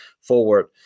forward